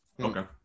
Okay